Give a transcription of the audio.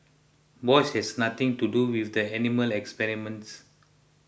Bosch has nothing to do with the animal experiments